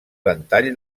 ventall